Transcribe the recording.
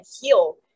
heal